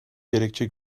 gerekçe